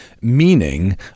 meaning